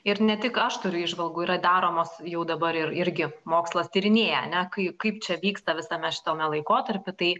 ir ne tik aš turiu įžvalgų yra daromos jau dabar ir irgi mokslas tyrinėja ane kai kaip čia vyksta visame šitame laikotarpy tai